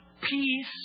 peace